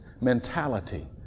mentality